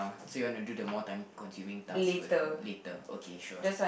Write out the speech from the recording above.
say you want to do the more time consuming tasks than later okay sure